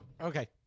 okay